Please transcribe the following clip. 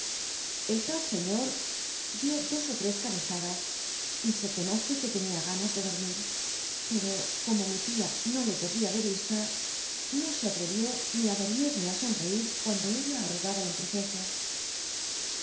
el lal seiíor dió dos ó tres cabezadas y se conoce que tenia ganas de dormir pero como mi tia no le perdía de yista no se atrevió ni ít dol'lni ni ít sonreír cuando ella mrugaba el entrecejo